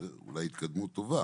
זו אולי התקדמות טובה